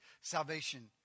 salvation